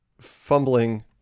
fumbling